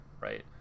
right